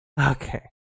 Okay